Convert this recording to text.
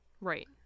Right